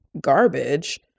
garbage